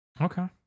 Okay